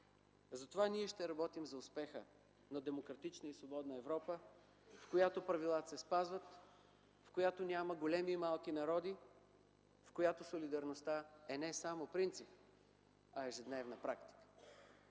Затова ние ще работим за успеха на демократична и свободна Европа, в която правилата се спазват, в която няма големи и малки народи, в която солидарността е не само принцип, а ежедневна практика.